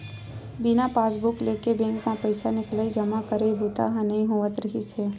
बिना पासबूक लेगे बेंक म पइसा निकलई, जमा करई बूता ह नइ होवत रिहिस हे